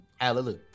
Hallelujah